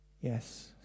Yes